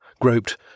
groped